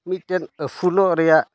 ᱢᱤᱫᱴᱮᱱ ᱟᱹᱥᱩᱞᱚᱜ ᱨᱮᱭᱟᱜ